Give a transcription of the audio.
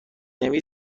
نمی